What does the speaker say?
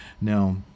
now